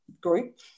group